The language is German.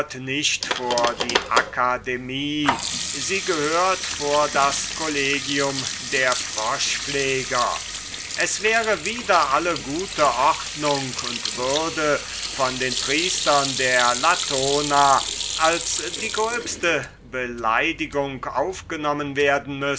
nicht vor die akademie sie gehört vor das collegium der batrachotrophen es wäre wider alle gute ordnung und würde von den priestern der latona als die gröbste beleidigung aufgenommen werden